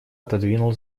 отодвинул